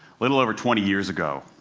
little over twenty years ago,